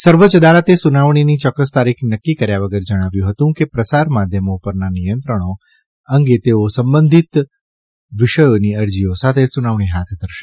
સર્વોચ્ય અદાલતે સુનાવણીની યોક્કસ તારીખ નક્કી કર્યા વગર જણાવ્યું હતું કે પ્રસાર માધ્યમો પરના નિરિક્ષણો અંગે તેઓ સંબંધીત વિષયોની અરજીઓ સાથે સુનાવણી હાથ ધરશે